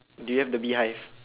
do you have the beehive